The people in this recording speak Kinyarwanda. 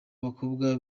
abakobwa